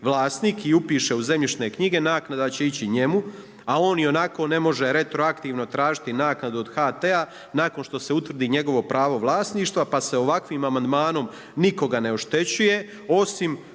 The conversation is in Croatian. i upiše u Zemljišne knjige naknada će ići njemu, a on ionako ne može retroaktivno tražiti naknadu od HT-a nakon što se utvrdi njegovo pravo vlasništva, pa se ovakvim amandmanom nikoga ne oštećuje osim